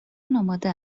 آماده